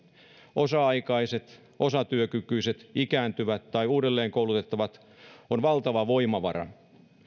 osa aikaiset osatyökykyiset ikääntyvät tai uudelleen kouluttautuvat ovat valtava voimavara